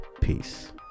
Peace